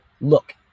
look